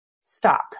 stop